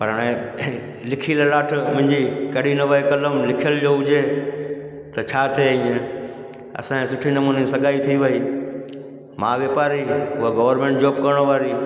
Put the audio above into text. पर हाणे लिखी ललाठ मुंहिंजी कॾहिं न वए कलम लिखियल जो हुजे त छा थिए ईअं असांजे सुठे नमूने सगई थी वई मां वापारी उहा गवरमेंट जॉब करण वारी